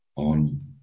On